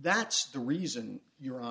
that's the reason your hon